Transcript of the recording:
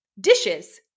dishes